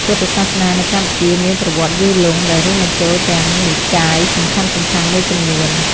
ពុទ្ធសាសនានៅកម្ពុជាមានប្រវត្តិយូរលង់ ដែលរួមបញ្ចូលទាំងនិកាយសំខាន់ៗមួយចំនួន។